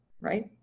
right